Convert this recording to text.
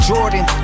Jordan